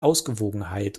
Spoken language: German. ausgewogenheit